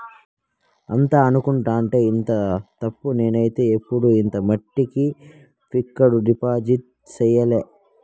అంతా అనుకుంటుంటే ఇనడం తప్ప నేనైతే ఎప్పుడు ఇంత మట్టికి ఫిక్కడు డిపాజిట్ సెయ్యలే